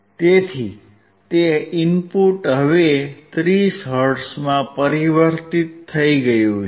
તેથી તે ઇનપુટ હવે 30 હર્ટ્ઝમાં પરિવર્તિત થઇ ગયું છે